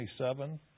27